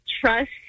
trust